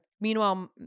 meanwhile